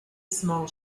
small